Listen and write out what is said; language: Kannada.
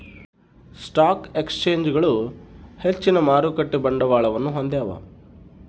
ಸ್ಟಾಕ್ ಎಕ್ಸ್ಚೇಂಜ್ಗಳು ಹೆಚ್ಚಿನ ಮಾರುಕಟ್ಟೆ ಬಂಡವಾಳವನ್ನು ಹೊಂದ್ಯಾವ